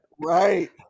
Right